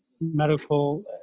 medical